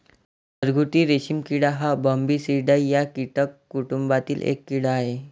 घरगुती रेशीम किडा हा बॉम्बीसिडाई या कीटक कुटुंबातील एक कीड़ा आहे